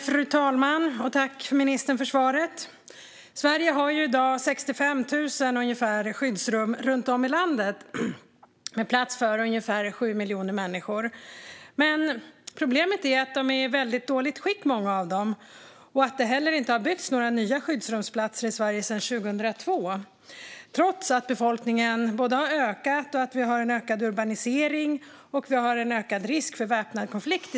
Fru talman! Tack, ministern, för svaret! Sverige har i dag ungefär 65 000 skyddsrum runt om i landet med plats för ungefär 7 miljoner människor. Problemet är att många är i dåligt skick. Det har inte heller byggts nya skyddsrumsplatser i Sverige sedan 2002, trots att befolkningen har ökat och trots en ökad urbanisering och ökad risk för väpnad konflikt.